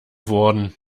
wurden